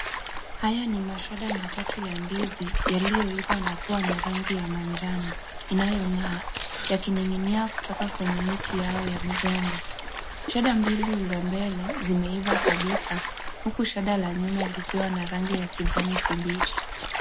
Haya ni mashada matatu ya ndizi yaliyoiva na kuwa na rangi ya manjano inayong'aa yakining'inia kutoka kwenye miti yao ya migomba shada mbili za mbele zimeiva kabisa, huku shada la nyuma likiwa na rangi ya kijani kibichi.